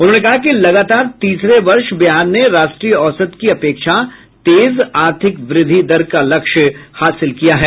उन्होंने कहा कि लगातार तीसरे वर्ष बिहार ने राष्ट्रीय औसत की अपेक्षा तेज आर्थिक वृद्धि दर का लक्ष्य हासिल किया है